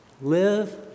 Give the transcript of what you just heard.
live